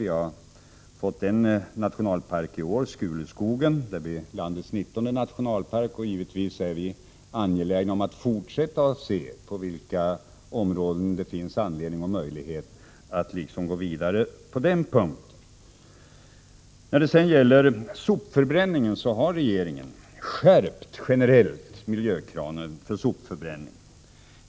Vi har i år fått en ny nationalpark, Skuleskogen, som är landets nittonde nationalpark. Vi är givetvis beredda att fortsätta och se på vilka områden det finns anledning och möjlighet att gå vidare på den punkten. När det gäller sopförbränningen har regeringen generellt skärpt miljökraven.